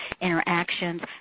interactions